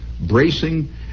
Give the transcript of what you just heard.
bracing